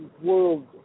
world